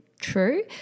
true